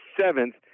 seventh